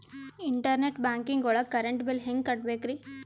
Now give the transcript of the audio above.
Internet banking ಒಳಗ್ current bill ಹೆಂಗ್ ಕಟ್ಟ್ ಬೇಕ್ರಿ?